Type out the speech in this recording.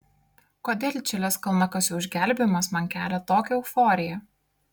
kodėl čilės kalnakasių išgelbėjimas man kelia tokią euforiją